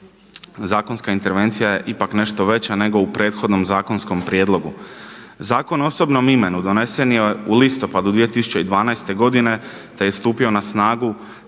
Zakonska intervencija je ipak nešto veća nego u prethodnom zakonskom prijedlogu. Zakon o osobnom imenu donesen je u listopadu 2012. godine te je stupio na snagu